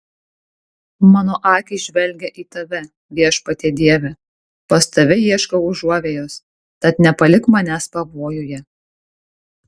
mano akys žvelgia į tave viešpatie dieve pas tave ieškau užuovėjos tad nepalik manęs pavojuje